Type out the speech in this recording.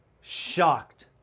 Shocked